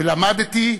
ולמדתי,